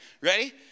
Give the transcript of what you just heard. Ready